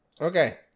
okay